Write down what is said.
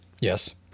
Yes